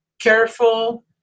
careful